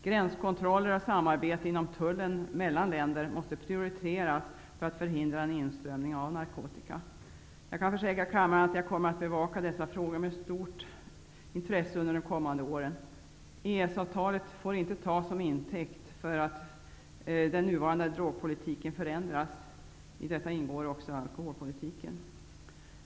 Gränskontroller och samarbete inom tullen mellan länder måste prioriteras för att förhindra en inströmning av narkotika. Jag kan försäkra kammaren att jag med stort intresse kommer att bevaka dessa frågor under de kommande åren. EES-avtalet får inte tas som intäkt för att den nuvarande drogpolitiken skall förändras, i vilken också ingår vår alkoholpolitik.